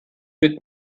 wird